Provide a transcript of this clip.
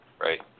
Right